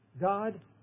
God